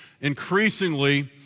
increasingly